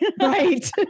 Right